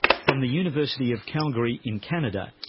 from the university of calgary in canada,